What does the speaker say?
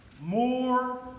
more